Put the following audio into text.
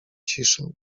ciszę